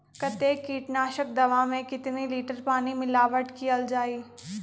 कतेक किटनाशक दवा मे कितनी लिटर पानी मिलावट किअल जाई?